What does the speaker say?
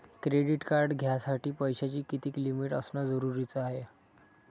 Credit card घ्यासाठी पैशाची कितीक लिमिट असनं जरुरीच हाय?